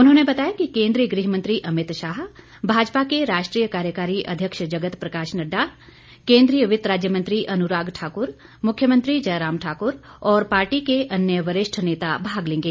उन्होंने बताया कि केंद्रीय गृह मंत्री अमित शाह भाजपा के राष्ट्रीय कार्यकारी अध्यक्ष जगत प्रकाश नड्डा केंद्रीय वित्त राज्य मंत्री अनुराग ठाकुर मुख्यमंत्री जयराम ठाकुर और पार्टी के अन्य वरिष्ठ नेता भाग लेंगे